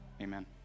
Amen